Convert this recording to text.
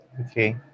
Okay